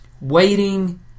waiting